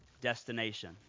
destination